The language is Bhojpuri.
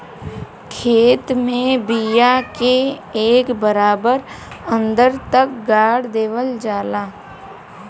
खेत में बिया के एक बराबर अन्दर तक गाड़ देवल जाला